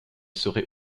serait